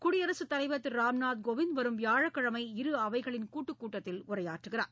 குடியரசுத் தலைவர் திரு ராம்நாத் கோவிந்த் வரும் வியாழக்கிழமை இருஅவைகளின் கூட்டுக் கூட்டத்தில் உரையாற்றுகிறார்